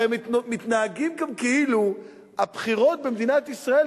הרי מתנהגים גם כאילו הבחירות במדינת ישראל,